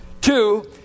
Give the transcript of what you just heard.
Two